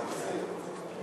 קבוצת סיעת המחנה הציוני,